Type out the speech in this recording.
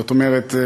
זאת אומרת,